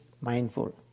mindful